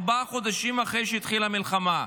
ארבעה חודשים אחרי שהתחילה המלחמה.